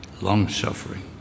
long-suffering